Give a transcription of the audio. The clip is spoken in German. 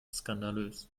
skandalös